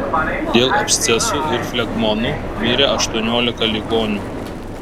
dėl abscesų ir flegmonų mirė aštuoniolika ligonių